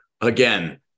Again